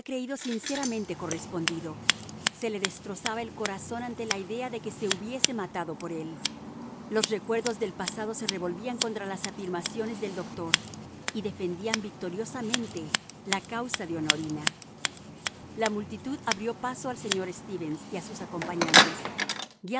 sinceramente correspondido se le destrozaba el corazón ante la idea de que se hubiese matado por él los recuerdos del pasado se revolvían contra las afirmaciones del doctor y defendían victoriosamente la causa de honorina la multitud abrió paso al señor stevens y a sus acompañantes